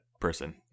person